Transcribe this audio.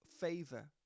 favor